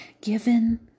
given